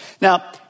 Now